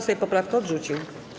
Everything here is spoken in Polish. Sejm poprawkę odrzucił.